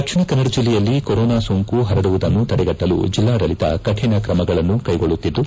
ದಕ್ಷಿಣಕನ್ನಡ ಜೆಲ್ಲೆಯಲ್ಲಿ ಕೊರೋನಾ ಸೋಂಕು ಪರಡುವುದನ್ನು ತಡೆಗಟ್ಟಲು ಜೆಲ್ಲಾಡಳಿತ ಕಠಿಣ ಕ್ರಮಗಳನ್ನು ಕೈಗೊಳ್ಳುತ್ತಿದ್ದು